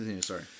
sorry